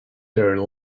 their